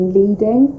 leading